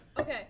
Okay